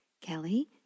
Kelly